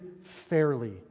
fairly